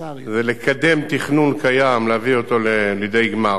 ולקדם תכנון קיים, להביא אותו לידי גמר,